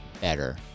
better